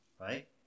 right